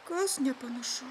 kas nepanašu